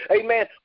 Amen